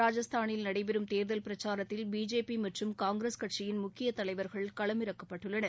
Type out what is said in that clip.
ராஜஸ்தானில் நடைபெறும் தேர்தல் பிரச்சாரத்தில் பிஜேபி மற்றும் காங்கிரஸ் கட்சியின் முக்கிய தலைவர்கள் களமிறக்கப்பட்டுள்ளனர்